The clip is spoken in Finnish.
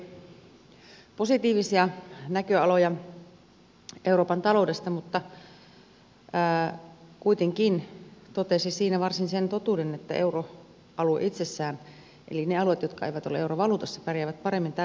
valtiovarainvaliokunnan puheenjohtaja antoi positiivisia näköaloja euroopan taloudesta mutta kuitenkin totesi siinä varsin sen totuuden että euroalue itsessään eli ne alueet jotka eivät ole eurovaluutassa pärjää paremmin tällä hetkellä